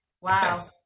wow